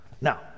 Now